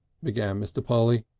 began mr. polly.